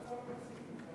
2709 ו-2717.